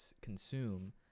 consume